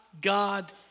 God